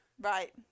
Right